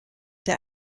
der